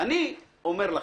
אני אומר לכם,